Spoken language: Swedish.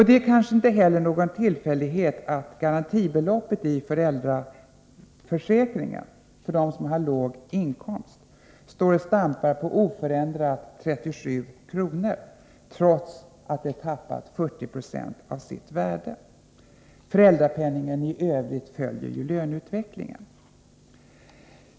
Det är kanske inte heller någon tillfällighet att garantibeloppet i föräldraförsäkringen för dem som har en låg inkomst står och stampar på oförändrade 37 kr. trots att det tappat 40 26 av sitt värde. Föräldrapenningen i övrigt följer löneutvecklingen.